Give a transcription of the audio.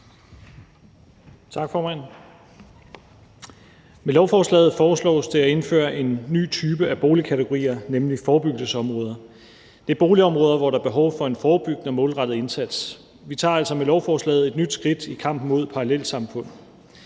Med lovforslaget foreslås det at indføre en ny kategori af boligområder, nemlig forebyggelsesområder. Det er boligområder, hvor der er behov for en forebyggende og målrettet indsats. Vi tager med lovforslaget et nyt skridt i kampen mod parallelsamfund.